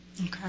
Okay